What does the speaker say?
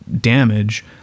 damage